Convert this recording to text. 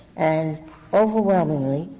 and overwhelmingly,